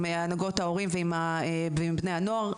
הנהגות ההורים ועם בני הנוער,